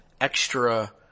extra